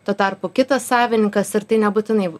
tuo tarpu kitas savininkas ir tai nebūtinai